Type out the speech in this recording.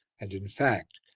and, in fact,